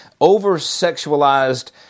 over-sexualized